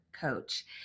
Coach